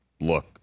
look